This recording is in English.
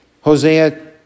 Hosea